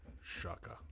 Shaka